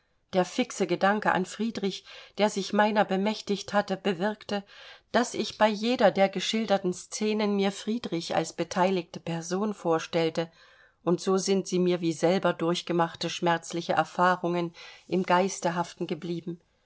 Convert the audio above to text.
der fixe gedanke an friedrich der sich meiner bemächtigt hatte bewirkte daß ich bei jeder der geschilderten scenen mir friedrich als beteiligte person vorstellte und so sind sie mir wie selber durchgemachte schmerzliche erfahrungen im geiste haften geblieben